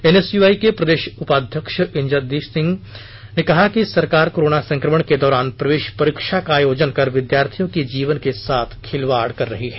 NSUI के प्रदेश उपाध्यक्ष इंदरजीत सिंह ने कहा कि कोरोना संकमण के दौरान प्रवेश परीक्षा का आयोजन कर विद्यार्थियों के जीवन के साथ खिलवाड़ किया गया है